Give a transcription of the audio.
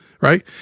right